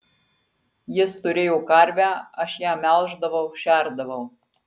jis turėjo karvę aš ją melždavau šerdavau